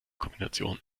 kombination